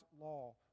law